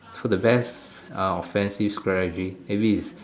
so the best uh offensive strategy maybe is